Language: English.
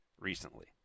recently